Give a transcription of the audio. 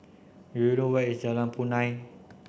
do you know where is Jalan Punai